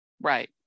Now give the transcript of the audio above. right